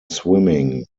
swimming